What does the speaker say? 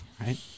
right